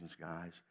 guys